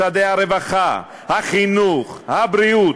משרדי הרווחה, החינוך, הבריאות,